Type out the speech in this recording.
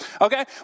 Okay